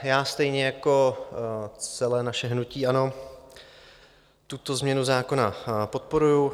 Já stejně jako celé naše hnutí ANO tuto změnu zákona podporuji.